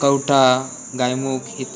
कौठा गायमुख इत